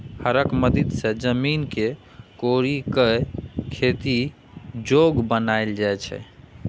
हरक मदति सँ जमीन केँ कोरि कए खेती जोग बनाएल जाइ छै